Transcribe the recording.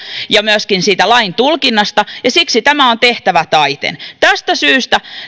ja myöskin siitä lain tulkinnasta toisin ajattelevia ja siksi tämä on tehtävä taiten tästä syystä